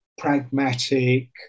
pragmatic